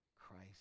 Christ